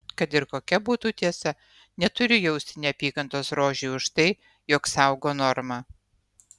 kad ir kokia būtų tiesa neturiu jausti neapykantos rožei už tai jog saugo normą